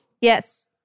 Yes